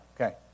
Okay